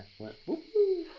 went woop-woo.